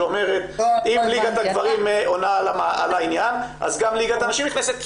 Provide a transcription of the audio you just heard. שאומרת שאם ליגת הגברים עונה על העניין אז גם ליגת הנשים נכנסת,